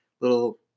little